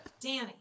Danny